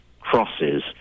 crosses